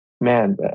man